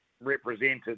represented